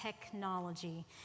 technology